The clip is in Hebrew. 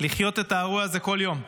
לחיות את האירוע הזה בכל יום.